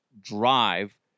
drive